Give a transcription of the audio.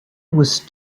was